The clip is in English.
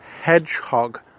hedgehog